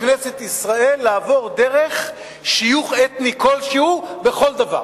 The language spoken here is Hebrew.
בכנסת ישראל דרך שיוך אתני כלשהו בכל דבר.